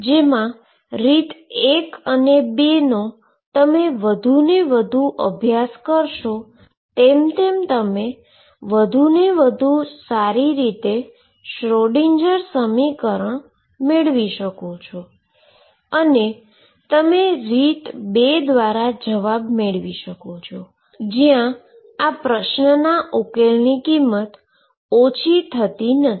જેમા રીત 1 અને રીત 2 નો વધુને વધુ અભ્યાસ કરશો તેમ તેમ તમને વધુ સારી રીતે શ્રોડિંજર સમીકરણ મેળવી શકો છો અને તમે રીત 2 દ્વારા જવાબ મેળવી શકો છો જ્યાં આ પ્રશ્નના ઉકેલની કિંમત ઓછી થતી નથી